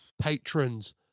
patrons